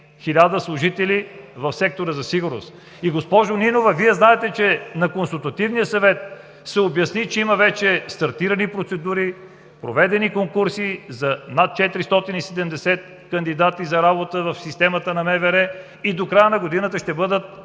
1000 служители в сектора за сигурност. Госпожо Нинова, Вие знаете, че на Консултативния съвет се обясни, че има вече стартирали процедури, проведени конкурси за над 470 кандидати за работа в системата на МВР. До края на годината ще бъдат